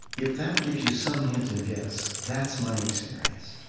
if that gives you some hint and guess, that's my experience,